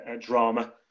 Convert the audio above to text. drama